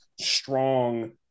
strong